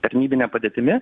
tarnybine padėtimi